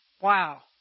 wow